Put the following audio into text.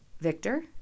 Victor